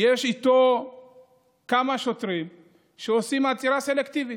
יש איתו כמה שוטרים שעושים מעצר סלקטיבי.